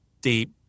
deep